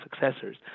successors